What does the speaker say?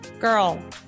girl